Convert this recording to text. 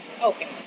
Okay